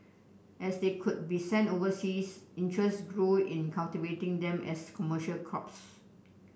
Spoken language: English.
as they could be sent overseas interest grew in cultivating them as commercial crops